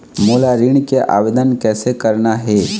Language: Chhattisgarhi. मोला ऋण के आवेदन कैसे करना हे?